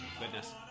Goodness